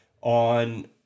on